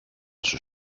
σου